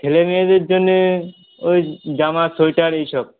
ছেলে মেয়েদের জন্যে ওই জামা সোয়েটার এইসব